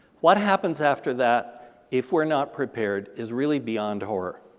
what happens after that if we're not prepared is really beyond horror.